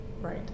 right